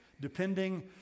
depending